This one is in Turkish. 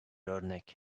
örnek